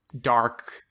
dark